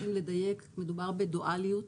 אם לדייק, מדובר בדואליות: